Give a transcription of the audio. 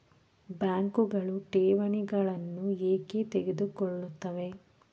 ಬ್ಯಾಂಕುಗಳು ಠೇವಣಿಗಳನ್ನು ಏಕೆ ತೆಗೆದುಕೊಳ್ಳುತ್ತವೆ?